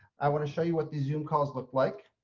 i want to show you what the zoom calls look like